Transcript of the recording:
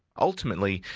ultimately,